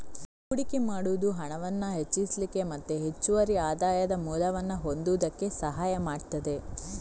ಹೂಡಿಕೆ ಮಾಡುದು ಹಣವನ್ನ ಹೆಚ್ಚಿಸ್ಲಿಕ್ಕೆ ಮತ್ತೆ ಹೆಚ್ಚುವರಿ ಆದಾಯದ ಮೂಲವನ್ನ ಹೊಂದುದಕ್ಕೆ ಸಹಾಯ ಮಾಡ್ತದೆ